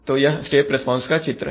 तो यह step response का चित्र है